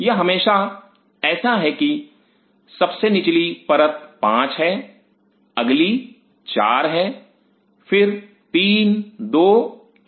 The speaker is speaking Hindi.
यह हमेशा ऐसा है कि सबसे निचली परत पाँच है अगली चार है फिर तीन दो एक